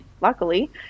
luckily